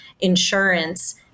insurance